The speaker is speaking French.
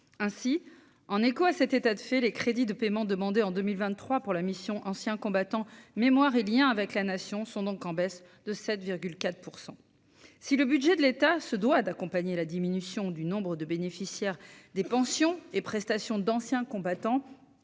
ainsi en écho à cet état de fait, les crédits de paiement demandé en 2023 pour la mission Anciens combattants, mémoire et Liens avec la nation sont donc en baisse de 7 4 % si le budget de l'État se doit d'accompagner la diminution du nombre de bénéficiaires des pensions et prestations d'anciens combattants,